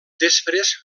després